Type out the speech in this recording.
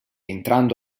entrando